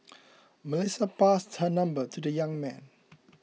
Melissa passed her number to the young man